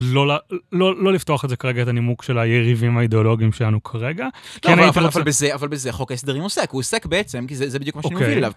לא לפתוח את זה כרגע, את הנימוק של היריבים האידיאולוגיים שלנו כרגע. אבל בזה חוק ההסדרים עוסק, הוא עוסק בעצם, כי זה בדיוק מה שאני מוביל אליו.